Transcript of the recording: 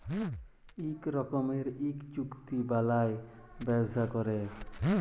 ইক রকমের ইক চুক্তি বালায় ব্যবসা ক্যরে